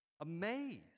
amazed